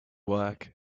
work